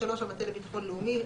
(3)המטה לביטחון לאומי,